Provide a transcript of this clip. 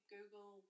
Google